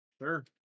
Sure